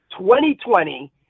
2020